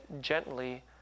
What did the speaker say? gently